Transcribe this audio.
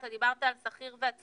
אתה דיברת על שכיר ועצמאי,